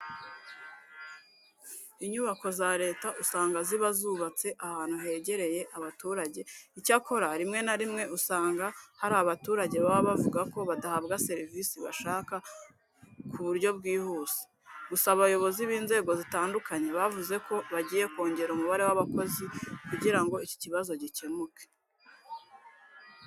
Inyubako za leta usanga ziba zubatse ahantu hegereye abaturage. Icyakora, rimwe na rimwe usanga hari abaturage baba bavuga ko badahabwa serivise bashaka ku buryo bwihuse. Gusa abayobozi b'inzego zitandukanye bavuze ko bagiye kongera umubare w'abakozi kugira ngo iki kibazo gikemuke.